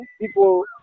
people